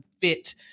fit